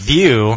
View